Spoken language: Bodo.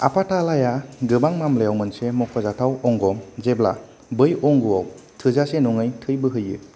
आफाथालाया गोबां मामलायाव मोनसे मख'जाथाव अंग जेब्ला बै अंगआव थोजासे नङै थै बोहैयो